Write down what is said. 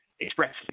expressly